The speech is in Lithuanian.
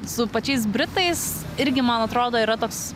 su pačiais britais irgi man atrodo yra toks